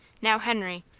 now, henry,